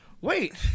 Wait